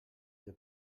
què